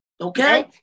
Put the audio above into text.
okay